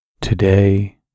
Today